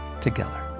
together